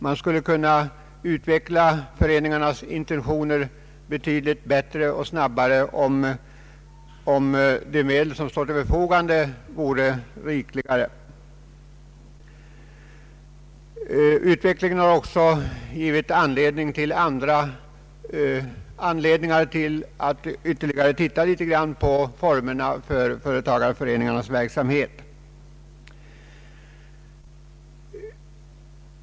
Man skulle kunna utveckla föreningarnas intentioner betydligt bättre och snabbare, om de medel som står till förfogande vore rikligare. Utvecklingen har också givit anledning till att ytterligare se på formerna = för = företagareföreningarnas verksamhet.